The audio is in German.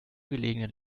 gelegenen